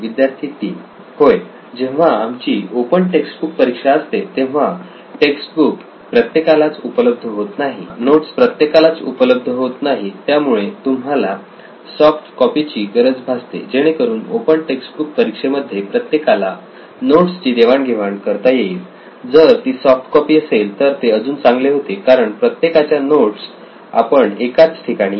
विद्यार्थी 3 होय जेव्हा आमची ओपन टेक्स्ट बुक परीक्षा असते तेव्हा टेक्स्ट बुक प्रत्येकालाच उपलब्ध होतं नाही किंवा नोट्स प्रत्येकालाच उपलब्ध होत नाही त्यामुळे तुम्हाला सॉफ्ट कॉपी ची गरज भासते जेणेकरून ओपन टेक्सबुक परीक्षेमध्ये प्रत्येकाला नोट्सची देवाण घेवाण करता येईल जर ती सॉफ्ट कॉपी असेल तर ते अजून चांगले होते कारण प्रत्येकाच्या नोट्स आपण एकाच ठिकाणी